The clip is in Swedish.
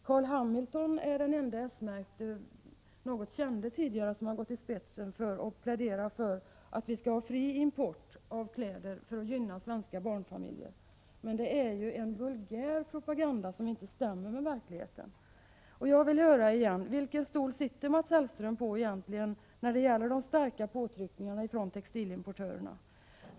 Carl Hamilton är den ende något så när kände s-märkte nationalekonom som pläderat för att vi skall ha fri import av kläder för att gynna svenska barnfamiljer. Men det är ju en vulgär propaganda och något som inte stämmer med verkligheten. Jag vill återigen fråga: Vilken stol sitter Mats Hellström på egentligen när det gäller de starka påtryckningarna från textilimportörerna?